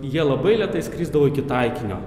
jie labai lėtai skrisdavo iki taikinio